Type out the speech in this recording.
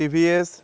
TVS